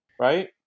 right